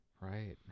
Right